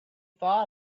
thought